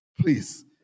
please